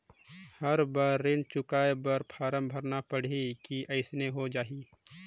हर बार ऋण चुकाय बर फारम भरना पड़ही की अइसने हो जहीं?